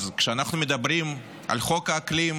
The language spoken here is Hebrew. אז כשאנחנו מדברים על חוק האקלים,